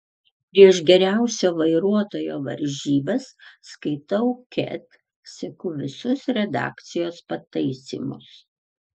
prieš geriausio vairuotojo varžybas skaitau ket seku visus redakcijos pataisymus